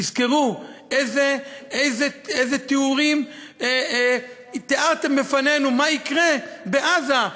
תזכרו איזה תיאורים תיארתם בפנינו מה יקרה בעזה.